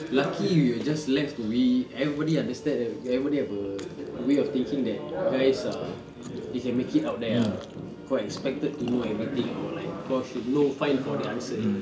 laki we are just left to be everybody understand everybody have a way of thinking that guys are they can make it out there ah quite expected to know everything or like kau should know find for the answers